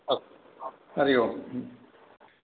अस्तु हरि ओम्